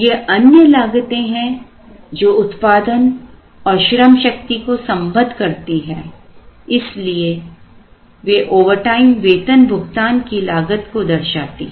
ये अन्य लागतें हैं जो उत्पादन और श्रमशक्ति को संबद्ध करती है इसलिए वे ओवरटाइम वेतन भुगतान की लागत को दर्शाती है